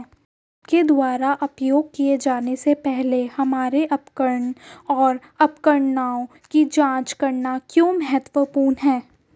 आपके द्वारा उपयोग किए जाने से पहले हमारे उपकरण और उपकरणों की जांच करना क्यों महत्वपूर्ण है?